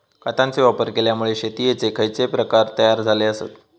खतांचे वापर केल्यामुळे शेतीयेचे खैचे प्रकार तयार झाले आसत?